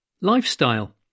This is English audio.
Lifestyle